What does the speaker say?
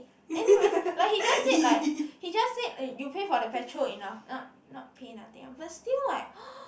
anyways like he just say like he just said eh you pay for the petrol enough not not pay nothing ah but still like